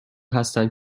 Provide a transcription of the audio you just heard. هستند